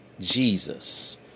Jesus